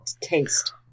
taste